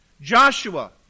Joshua